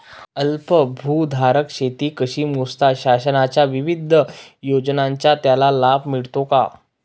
अल्पभूधारक शेती कशी मोजतात? शासनाच्या विविध योजनांचा त्याला लाभ मिळतो का?